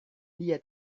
dia